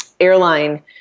airline